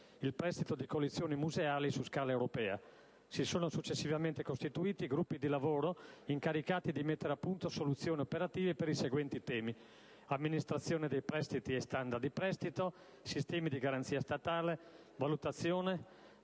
il prestito di collezioni museali su scala europea. Si sono successivamente costituiti gruppi di lavoro incaricati di mettere a punto soluzioni operative per i seguenti temi: amministrazione dei prestiti e standard di prestito; sistemi di garanzia statale; valutazione,